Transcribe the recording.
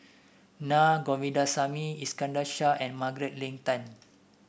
Naa Govindasamy Iskandar Shah and Margaret Leng Tan